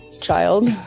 child